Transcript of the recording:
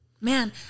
man